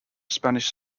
spanish